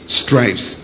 stripes